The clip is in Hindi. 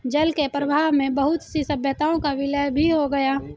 जल के प्रवाह में बहुत सी सभ्यताओं का विलय भी हो गया